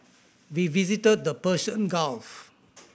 we visited the Persian Gulf